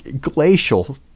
glacial –